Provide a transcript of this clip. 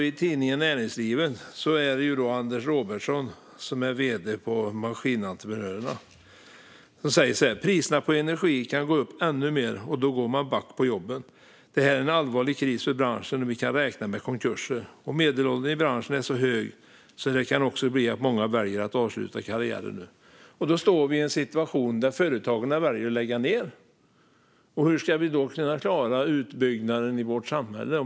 I Tidningen Näringslivet säger Anders Robertsson, vd på Maskinentreprenörerna: "Priserna på energi kan gå upp ännu mer och då går man back på jobben. Det här är en allvarlig kris för branschen och vi kan räkna med konkurser. Medelåldern i branschen är hög så det kan också bli så att många väljer att avsluta karriären nu." Då står vi i en situation där företagen väljer att lägga ned. Hur ska vi då klara utbyggnaden av vårt samhälle?